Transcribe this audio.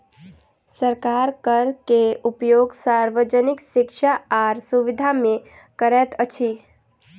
सरकार कर के उपयोग सार्वजनिक शिक्षा आर सुविधा में करैत अछि